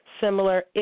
similar